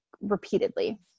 repeatedly